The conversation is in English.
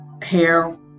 hair